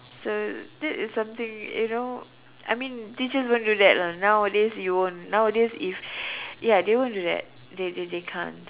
so that is something you know I mean teachers won't do that lah nowadays you won't nowadays if yeah they won't do that they they they can't